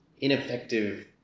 ineffective